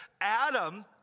Adam